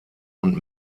und